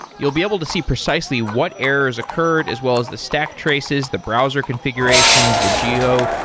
you'll be able to see precisely what errors occurred as well as the stack traces, the browser configurations, the geo,